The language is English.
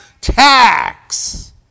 tax